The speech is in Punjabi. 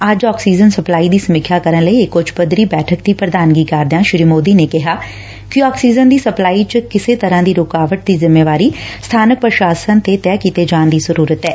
ਅੱਜ ਆਕਸੀਜਨ ਸਪਲਾਈ ਦੀ ਸਮੀਖਿਆ ਕਰਨ ਲਈ ਇਕ ਉੱਚ ਪੱਧਰੀ ਬੈਠਕ ਦੀ ਪੁਧਾਨਗੀ ਕਰਦਿਆਂ ਸ੍ਰੀ ਮੋਦੀ ਨੇ ਕਿਹਾ ਕਿ ਆਕਸੀਜਨ ਦੀ ਸਪਲਾਈ ਚ ਕਿਸੇ ਤਰਾਂ ਦੀ ਰੁਕਾਵਟ ਦੀ ਜਿੰਮੇਦਾਰੀ ਸਬਾਨਕ ਪੁਸ਼ਾਸਨ ਤੇ ਤੈਅ ਕੀਤੇ ਜਾਣ ਦੀ ਜ਼ਰਰਤ ਐ